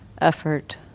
effort